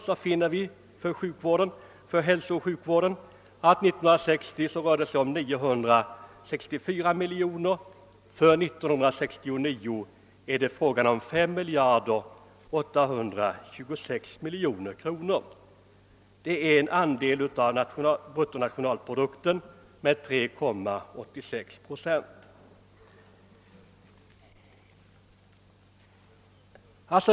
Landstingens nettokostnader för hälsooch sjukvården uppgick 1960 till 964 miljoner kronor och 1969 till 5 826 miljoner kronor. Det är 3,86 procent av bruttonationalprodukten.